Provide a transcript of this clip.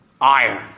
Iron